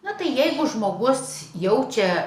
na tai jeigu žmogus jaučia